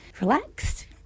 relaxed